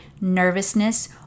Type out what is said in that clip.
nervousness